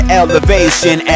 elevation